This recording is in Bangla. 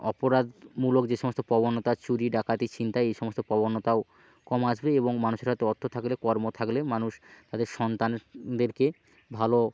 অপরাদমূলক যে সমস্ত প্রবণতা চুরি ডাকাতি ছিনতাই এই সমস্ত প্রবণতাও কম আসবে এবং মানুষের হাতে অর্থ থাকলে কর্ম থাকলে মানুষ তাদের সন্তানদেরকে ভালো